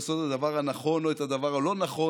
לעשות את הדבר הנכון או את הדבר הלא-נכון,